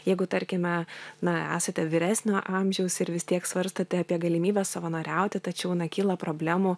jeigu tarkime na esate vyresnio amžiaus ir vis tiek svarstote apie galimybę savanoriauti tačiau na kyla problemų